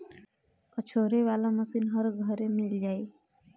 पछोरे वाला मशीन हर घरे मिल जाई